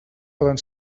poden